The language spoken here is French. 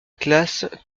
classe